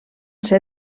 ser